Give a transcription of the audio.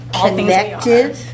connected